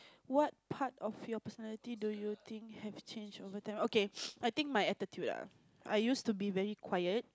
what part of your personality do you think have changed overtime okay I think my attitude ah I used to be very quiet